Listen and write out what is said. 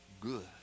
good